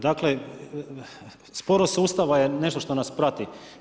Dakle sporost sustava je nešto što nas prati.